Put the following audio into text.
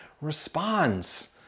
responds